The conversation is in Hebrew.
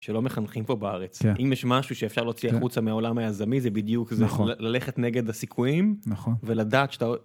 שלא מחנכים פה בארץ. אם יש משהו שאפשר להוציא החוצה מהעולם היזמי זה בדיוק זה, ללכת נגד הסיכויים ולדעת שאתה...